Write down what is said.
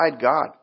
God